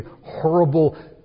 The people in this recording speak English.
horrible